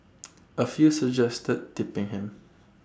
A few suggested tipping him